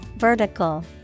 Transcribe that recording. Vertical